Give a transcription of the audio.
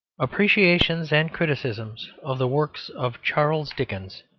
appreciations and criticisms of the works of charles dickens,